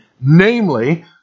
Namely